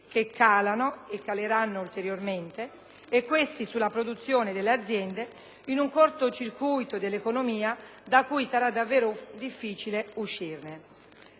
che calano e caleranno ulteriormente, e questi sulla produzione delle aziende, in un corto circuito dell'economia da cui sarà difficile uscire.